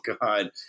God